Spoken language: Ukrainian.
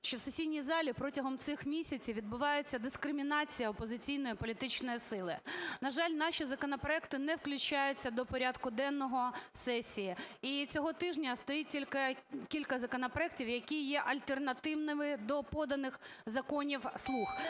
що в сесійній залі протягом цих місяців відбувається дискримінація опозиційної політичної сили. На жаль, наші законопроекти не включаються до порядку денного сесії. І цього тижня стоїть тільки кілька законопроектів, які є альтернативними до поданих законів "слуг".